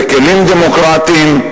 בכלים דמוקרטיים,